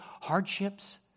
hardships